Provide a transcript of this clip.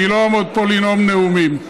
אני לא אעמוד פה לנאום נאומים.